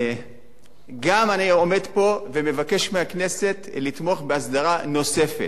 אני גם עומד פה ומבקש מהכנסת לתמוך בהסדרה נוספת,